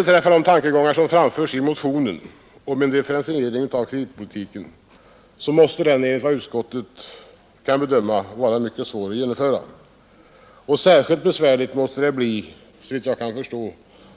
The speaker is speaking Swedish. En differentiering av kreditpolitiken i enlighet med de tankegångar som framförs i motionen måste, enligt vad utskottet kan bedöma, vara mycket svår att genomföra. Särskilt besvärligt måste det bli, såvitt jag kan förstå,